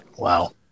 Wow